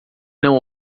não